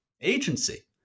Agency